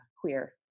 queer